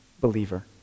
believer